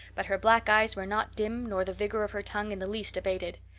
but her black eyes were not dim nor the vigor of her tongue in the least abated.